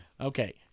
Okay